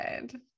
good